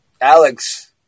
Alex